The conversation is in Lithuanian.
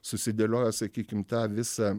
susidėlioja sakykim tą visą